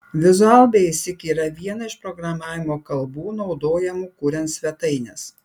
visual basic yra viena iš programavimo kalbų naudojamų kuriant svetaines